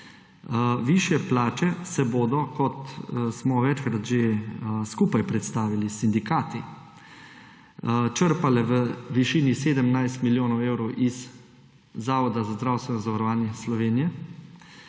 Višje plače se bodo, kot smo večkrat že skupaj predstavili s sindikati, črpale v višini 17 milijonov evrov iz Zavoda za zdravstveno zavarovanje Slovenije